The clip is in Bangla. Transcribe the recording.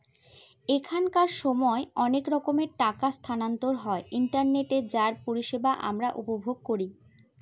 এখনকার সময় অনেক রকমের টাকা স্থানান্তর হয় ইন্টারনেটে যার পরিষেবা আমরা উপভোগ করি